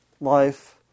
life